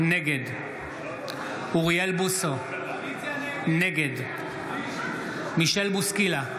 נגד אוריאל בוסו, נגד מישל בוסקילה,